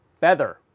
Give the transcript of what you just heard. feather